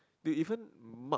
they even mark